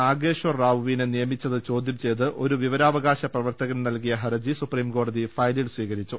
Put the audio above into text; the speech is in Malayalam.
നാഗേശ്വർ റാവുവിനെ നിയ മിച്ചത് ചോദ്യം ചെയ്ത് ഒരു വിവരാവകാശ പ്രവർത്തകൻ നൽകിയ ഹർജി സുപ്രിംകോടതി ഫയലിൽ സ്വീകരിച്ചു